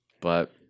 but-